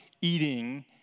eating